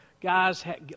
Guys